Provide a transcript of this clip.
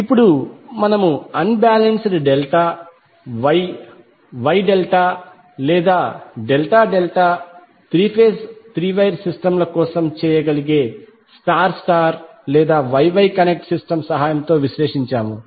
ఇప్పుడు మనము unbalanced delta Y Y delta లేదా delta delta three phase three wire system ల కోసం చేయగలిగే స్టార్ స్టార్ లేదా Y Y కనెక్ట్ సిస్టమ్ సహాయంతో విశ్లేషించాము